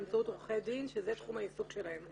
באמצעות עורכי דין שזה תחום העיסוק שלהם.